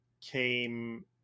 came